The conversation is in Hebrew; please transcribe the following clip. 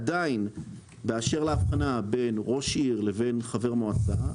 עדיין באשר להבחנה בין ראש עיר לחבר מועצה-